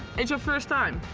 it's your first time.